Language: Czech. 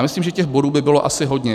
Myslím, že těch bodů by bylo asi hodně.